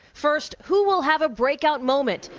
first, who will have a break out moment?